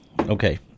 Okay